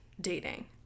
Dating